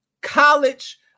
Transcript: college